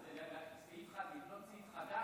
זה לא סעיף חדש.